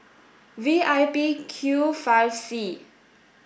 V I P Q five C